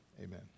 Amen